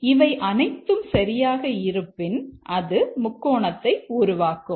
இவை அனைத்தும் சரியாக இருப்பின் அது முக்கோணத்தை உருவாக்கும்